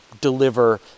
deliver